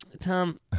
Tom